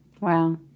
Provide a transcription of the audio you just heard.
Wow